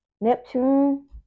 Neptune